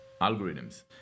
algorithms